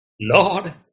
Lord